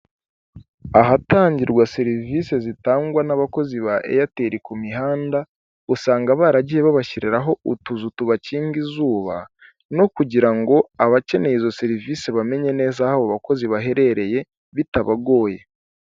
Ahatangirwa serivisi zitangwa n'abakozi ba airtel ku mihanda, usanga baragiye babashyiriraho utuzu tubakinga izuba no kugira ngo abakeneye izo serivisi bamenye neza aho abo bakozi baherereye bitabagoye.